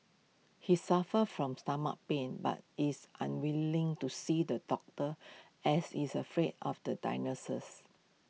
he suffers from stomach pains but is unwilling to see the doctor as he is afraid of the diagnosis